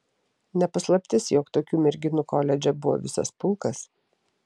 ne paslaptis jog tokių merginų koledže buvo visas pulkas